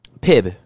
Pib